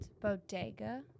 Bodega